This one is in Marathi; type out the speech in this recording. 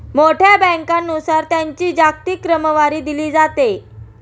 मोठ्या बँकांनुसार त्यांची जागतिक क्रमवारी दिली जाते